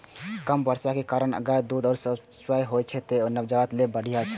कम बसा के कारणें गायक दूध सुपाच्य होइ छै, तें नवजात लेल बढ़िया छै